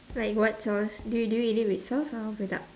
like what sauce do you do you eat it with sauce or without